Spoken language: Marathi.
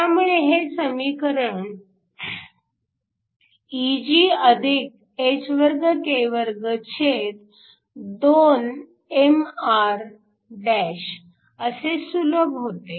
त्यामुळे हे समीकरण Eg2k22mr असे सुलभ होते